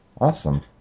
Awesome